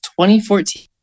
2014